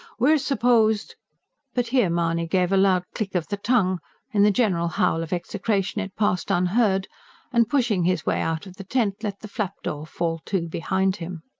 we're supposed but here mahony gave a loud click of the tongue in the general howl of execration it passed unheard and, pushing his way out of the tent, let the flap-door fall to behind him.